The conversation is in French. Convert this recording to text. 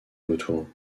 vautours